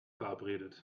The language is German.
verabredet